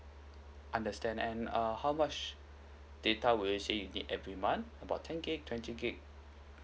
understand and err how much data will she need every month about ten gigabyte twenty gigabyte